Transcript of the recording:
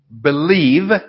believe